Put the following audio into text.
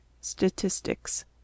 Statistics